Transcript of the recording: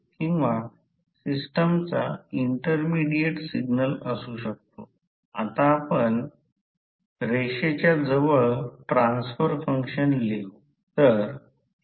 म्हणून त्यानंतर जरी Hmax म्हणजेच I वाढवण्याचा प्रयत्न केला तरी फ्लक्स डेन्सिटी वाढत नाही असे लक्षात येईल त्यामुळे सॅच्युरेशननंतर हे मॅक्सीमम मूल्य आहे